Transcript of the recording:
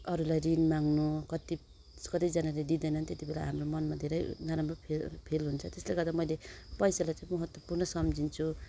अरूलाई ऋण माग्नु कति कतिजानाले दिँदैनन् त्यति बेला हाम्रो मनमा धेरै नराम्रो फिल फिल हुन्छ त्यसले गर्दा मैले पैसालाई महत्त्वपूर्ण सम्झिन्छु